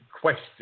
question